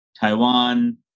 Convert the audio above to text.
Taiwan